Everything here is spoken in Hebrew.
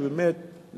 עמדה אחרת.